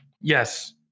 yes